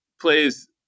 plays